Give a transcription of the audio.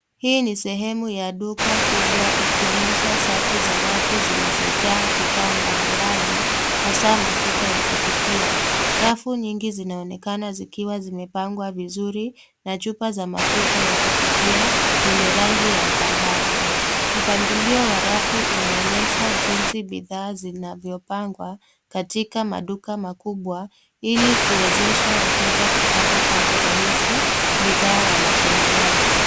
Hii ni sehemu ya duka kubwa ikionyesha safu za rafu zilizojaa bidhaa mbalimbali hasa mafuta ya kupikia. Rafu nyingi zinaonekana zikiwa zimepangwa vizuri na chupa za mafuta ya kupikia yenye rangi ya dhahabu. Mpangilio wa rafu unaonyesha jinsi bidhaa zinavyopangwa katika maduka makubwa ili kuwezesha wateja kupata kwa urahisi bidhaa wanazohitaji.